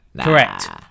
Correct